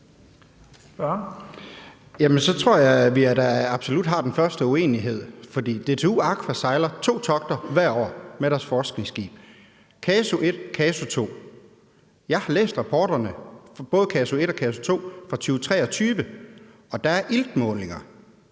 jeg da, at vi absolut har den første uenighed, for DTU Aqua sejler to togter hvert år med deres forskningsskib, KASU-1 og KASU-2. Jeg har læst rapporterne for både KASU-1 og KASU-2 fra 2023, og der er iltmålinger,